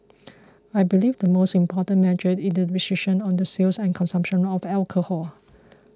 I believe the most important measure is the restriction on the sales and consumption of alcohol